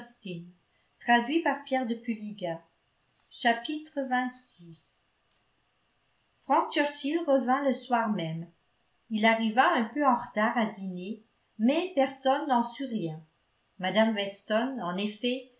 frank churchill revint le soir même il arriva un peu en retard à dîner mais personne n'en sut rien mme weston en effet